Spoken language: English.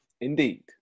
Indeed